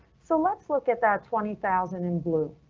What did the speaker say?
so let's look at that twenty thousand in blue.